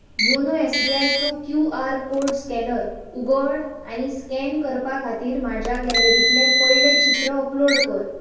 YONO S B I चो Q R code scanner उगड आनी स्कॅन करपा खातीर म्हज्या गॅलरींतलें पयलें चित्र अपलोड कर